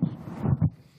אם